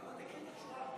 אבל תקריא את השורה האחרונה.